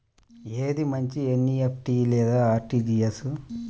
ఏది మంచి ఎన్.ఈ.ఎఫ్.టీ లేదా అర్.టీ.జీ.ఎస్?